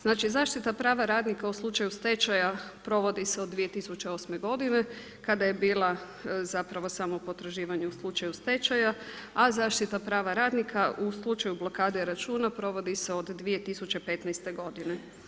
Znači, zaštita prava radnika u slučaju stečaja provodi se od 2008. godine kada je bila zapravo samo potraživanje u slučaju stečaja, a zaštita prava radnika u slučaju blokade računa provodi se od 2015. godine.